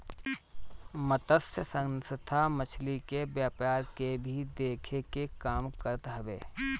मतस्य संस्था मछरी के व्यापार के भी देखे के काम करत हवे